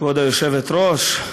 כבוד היושבת-ראש,